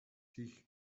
хийх